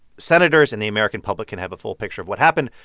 senators and the american public can have a full picture of what happened.